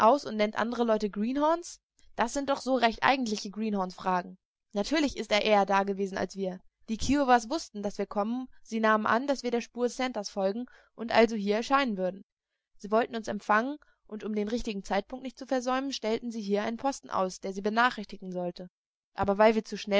und nennt andere leute greenhorns das sind doch so recht eigentliche greenhornsfragen natürlich ist er eher dagewesen als wir die kiowas wußten daß wir kommen sie nahmen an daß wir der spur santers folgen und also hier erscheinen würden sie wollten uns empfangen und um den richtigen zeitpunkt nicht zu versäumen stellten sie hier einen posten aus der sie benachrichtigen sollte aber weil wir